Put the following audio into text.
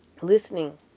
listening